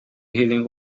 healing